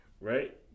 right